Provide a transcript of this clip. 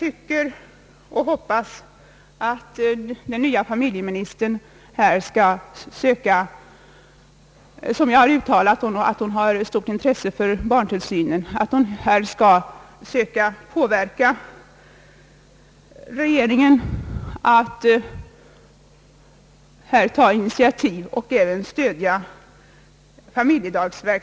Jag har i tidningarna läst om familjeministerns stora intresse för frågan om barntillsyn, och jag hoppas att hon skall ba kraft att påverka regeringskamraterna till att även stödja familjedaghemmen.